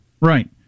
Right